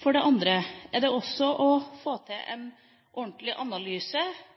For det andre: Er det også mulig å få til en ordentlig analyse